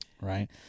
Right